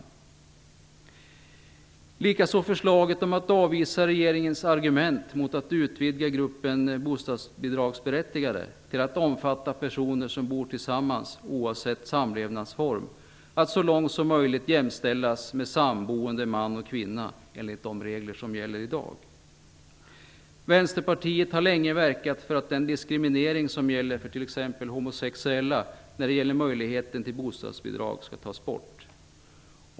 Det gäller också förslaget om att avvisa regeringens argument mot att utvidga gruppen bostadsbidragsberättigade till att omfatta personer som bor tillsammans oavsett samlevnadsform, och att de så långt som möjligt jämställs med samboende man och kvinna, enligt de regler som gäller i dag. Vänsterpartiet har länge verkat för att den diskriminering av t.ex. homosexuella när det gäller möjligheten att få bostadsbidrag skall tas bort.